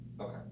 Okay